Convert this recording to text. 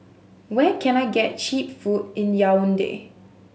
where can I get cheap food in Yaounde